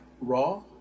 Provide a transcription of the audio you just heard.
raw